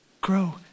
Grow